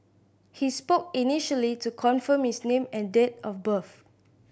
he spoke initially to confirm his name and date of birth